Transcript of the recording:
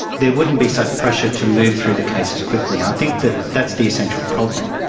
there wouldn't be such pressure to move through the cases quickly. and i think that that's the essential problem.